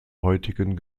heutigen